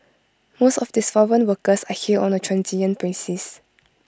most of these foreign workers are here on A transient basis